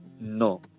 No